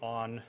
on